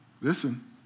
listen